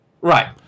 Right